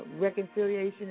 reconciliation